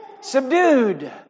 Subdued